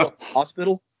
hospital